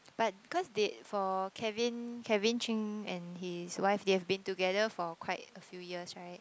but cause they for Kevin Kevin-Cheng and his wife they have been together for quite a few years right